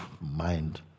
mind